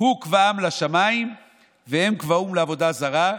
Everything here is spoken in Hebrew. הוא קבעם לשמיים והם קבעום לעבודה זרה.